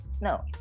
No